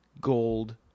gold